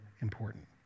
important